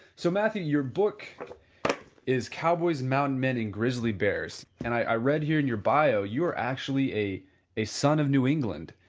so matthew, your book is cowboys, mountain men, and grizzly bears and i read here in your bio you're actually a a son of new england.